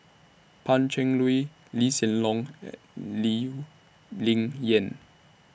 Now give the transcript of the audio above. Pan Cheng Lui Lee Hsien Loong and Lee Ling Yen